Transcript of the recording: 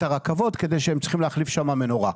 הרכבות כי הם צריכים להחליף שם מנורה.